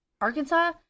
Arkansas